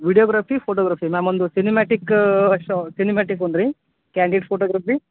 videography photography ma'am ಒಂದು cinematic show cinematic ಒಂದು ರೀ ಕ್ಯಾಂಡಿಡ್ ಫೋಟೋಗ್ರಾಫಿ